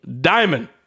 Diamond